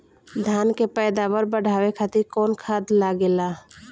धान के पैदावार बढ़ावे खातिर कौन खाद लागेला?